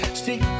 stick